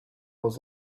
was